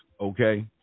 Okay